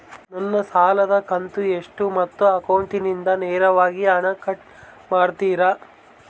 ನನ್ನ ಸಾಲದ ಕಂತು ಎಷ್ಟು ಮತ್ತು ಅಕೌಂಟಿಂದ ನೇರವಾಗಿ ಹಣ ಕಟ್ ಮಾಡ್ತಿರಾ?